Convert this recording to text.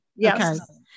Yes